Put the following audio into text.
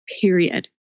period